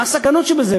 מה הסכנות שבזה,